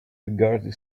regarded